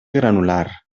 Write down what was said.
granular